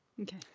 Okay